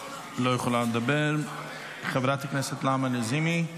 לא יכולה לדבר, חברת הכנסת נעמה לזימי,